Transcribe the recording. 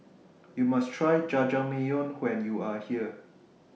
YOU must Try Jajangmyeon when YOU Are here